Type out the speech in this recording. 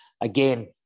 again